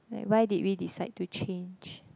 like why did we decide to change